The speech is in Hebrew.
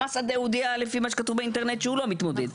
במסעדה הוא הודיע לפי מה שכתוב באינטרנט שהוא לא מתמודד.